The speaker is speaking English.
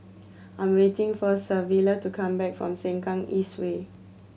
I'm waiting for Savilla to come back from Sengkang East Way